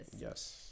Yes